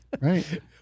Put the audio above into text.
right